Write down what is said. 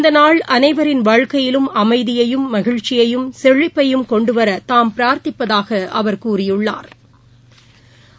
இந்த நாள் அனைவரது வாழ்விலும் அமைதியையும் மகிழ்ச்சியையும் செழிப்பையும் கொண்டுவர தாம் பிராாத்திப்பதாக அவா் கூறியுள்ளாா்